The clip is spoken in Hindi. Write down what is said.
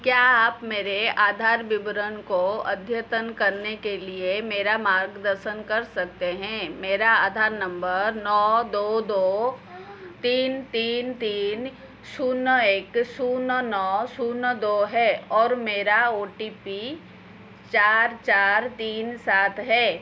क्या आप मेरे आधार विवरण को अद्यतन करने के लिए मेरा मार्गदर्शन कर सकते हैं मेरा आधार नंबर नौ दो दो तीन तीन तीन शून्य एक शून्य नौ शून्य दो है और मेरा ओ टी पी चार चार तीन सात है